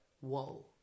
whoa